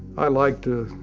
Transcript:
i liked